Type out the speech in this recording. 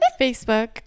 facebook